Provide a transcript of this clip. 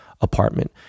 apartment